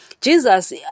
Jesus